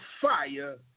fire